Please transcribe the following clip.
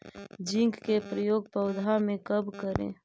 Zinc के प्रयोग पौधा मे कब करे?